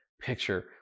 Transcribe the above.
picture